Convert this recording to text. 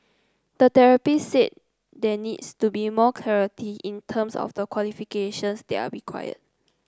a therapist said there needs to be more clarity in terms of the qualifications that are required